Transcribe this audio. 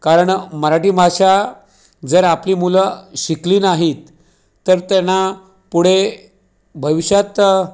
कारण मराठी भाषा जर आपली मुलं शिकली नाहीत तर त्यांना पुढे भविष्यात